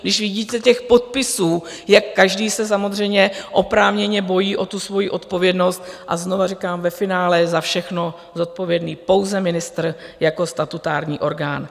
Když vidíte těch podpisů, jak každý se samozřejmě oprávněně bojí o tu svoji odpovědnost, a znovu říkám, ve finále je za všechno zodpovědný pouze ministr jako statutární orgán.